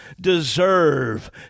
deserve